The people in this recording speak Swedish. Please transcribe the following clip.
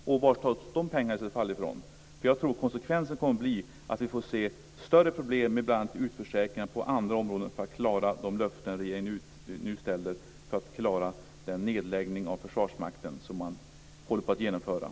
Varifrån kommer de pengarna? Jag tror att konsekvensen kommer att bli att vi får se större problem med bl.a. utförsäkringar på andra områden för att klara de löften som regeringen nu ställer för att klara den nedläggning av Försvarsmakten som håller på att genomföras.